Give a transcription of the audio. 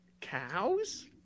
cows